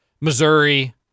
Missouri